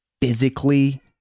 physically